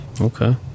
Okay